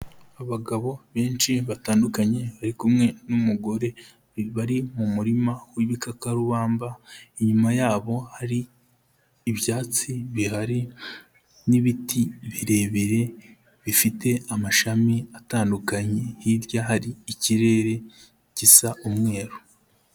Abagabo benshi batandukanye bari kumwe n'umugore bari mu murima w'ibikakarubamba, inyuma yabo hari ibyatsi bihari n'ibiti birebire bifite amashami atandukanye, hirya hari ikirere gisa umweru.